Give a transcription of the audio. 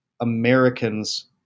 Americans